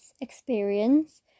experience